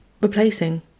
replacing